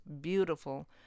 beautiful